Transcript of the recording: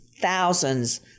thousands